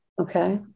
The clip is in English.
Okay